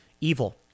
Evil